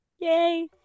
Yay